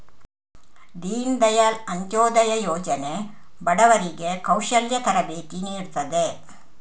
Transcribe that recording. ದೀನ್ ದಯಾಳ್ ಅಂತ್ಯೋದಯ ಯೋಜನೆ ಬಡವರಿಗೆ ಕೌಶಲ್ಯ ತರಬೇತಿ ನೀಡ್ತದೆ